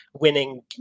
winning